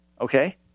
Okay